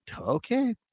Okay